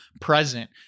present